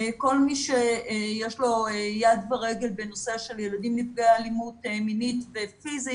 כל מי שיש לו יד ורגל בנושא של ילדים נפגעי אלימות מינית ופיזית.